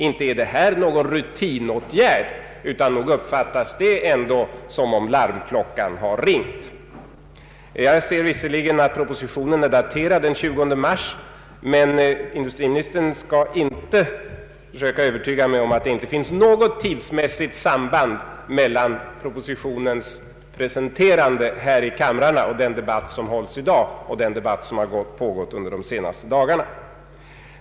Inte är detta någon rutinåtgärd, utan nog uppfattas det som om larmklockan ringt. Jag ser visserligen att propositionen är daterad den 20 mars, men industriministern skall inte försöka övertyga mig om att det inte finns något tidsmässigt samband mellan propositionens presenterande här i kamrarna och den debatt som hålls i dag och som pågått under de senaste dagarna.